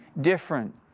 different